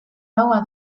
laua